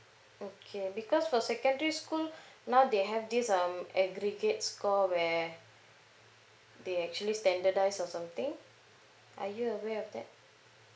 okay because for secondary school now they have this um aggregate score where they actually standardise or something are you aware of that